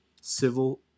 civil